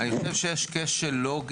זה אומר ששנתיים לא היה